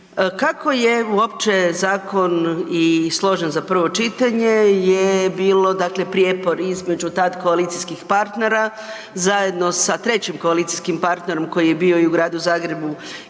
Kako je uopće zakon i složen za prvo čitanje je bilo dakle prijepor između tada koalicijskih partnera zajedno sa trećim koalicijskim partnerom koji je bio i u Gradu Zagrebu